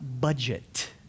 budget